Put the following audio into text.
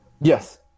Yes